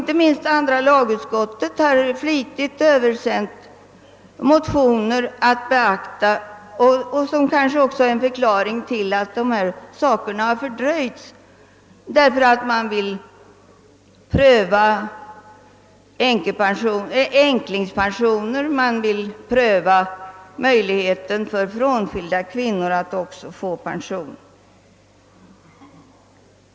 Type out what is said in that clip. Inte minst andra lagutskottet har flitigt översänt motioner att beaktas av kommittén, vilket kanske är en förklaring till att dessa frågors avgörande har fördröjts, därför att man vill pröva änklingspensioner och möjligheten för frånskilda kvinnor att också få pension.